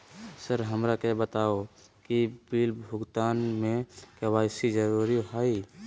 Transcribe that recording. Sir हमरा के बताओ कि बिल भुगतान में के.वाई.सी जरूरी हाई?